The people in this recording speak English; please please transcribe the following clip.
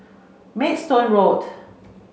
Maidstone Road